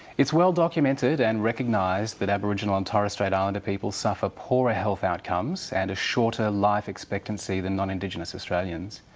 is well documented and recognised that aboriginal and torres strait islander people suffer poorer health outcomes and a shorter life expectancy than non-indigenous australians.